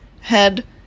head